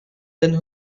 then